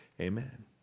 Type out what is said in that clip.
Amen